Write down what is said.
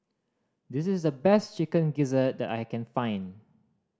this is the best Chicken Gizzard that I can find